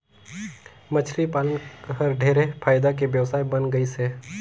मछरी पालन हर ढेरे फायदा के बेवसाय बन गइस हे